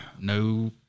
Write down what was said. No